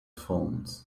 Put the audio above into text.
formed